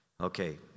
Okay